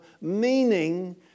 meaning